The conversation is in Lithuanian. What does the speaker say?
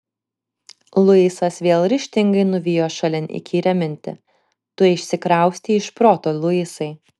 luisas vėl ryžtingai nuvijo šalin įkyrią mintį tu išsikraustei iš proto luisai